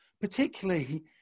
particularly